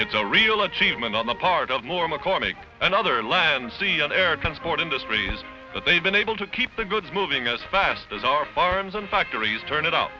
it's a real achievement on the part of more mccormick and other land sea and air transport industries but they've been able to keep the goods moving as fast as our farms and factories turn it o